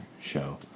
show